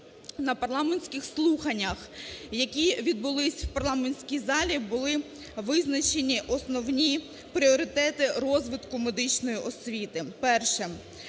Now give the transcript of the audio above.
на парламентських слуханнях, які відбулися в парламентській залі, були визначені основні пріоритети розвитку медичної освіти.